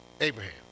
Abraham